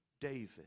David